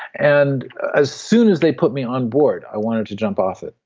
and as soon as they put me onboard i wanted to jump off it,